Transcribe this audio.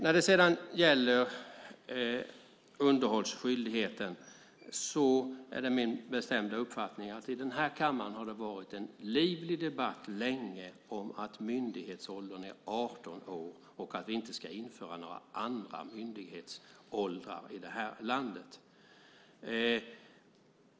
När det gäller underhållsskyldigheten har det länge varit en livlig debatt i den här kammaren om att myndighetsåldern är 18 år och att vi inte ska införa några andra myndighetsåldrar i det här landet.